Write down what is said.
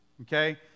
Okay